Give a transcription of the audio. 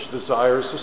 desires